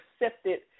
accepted